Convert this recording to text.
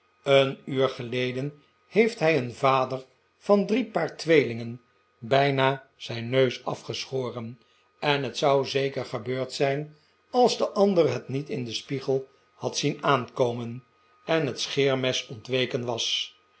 een uur geleden heeft hij een vader van drie paar tweelingen bijna zijn neus afgeschoren en het zou zeker gebeurd zijn als de ander het niet in den spiegel had zien aankomen en het scheermes ontweken was